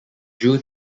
drew